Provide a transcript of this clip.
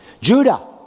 Judah